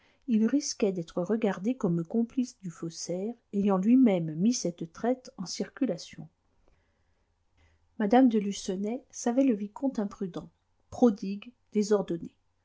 il risquait d'être regardé comme complice du faussaire ayant lui-même mis cette traite en circulation mme de lucenay savait le vicomte imprudent prodigue désordonné